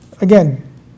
again